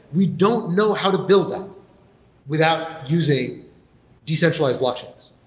we don't know how to build that without using decentralized blockchain.